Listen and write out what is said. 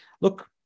look